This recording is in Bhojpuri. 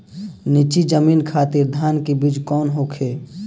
नीची जमीन खातिर धान के बीज कौन होखे?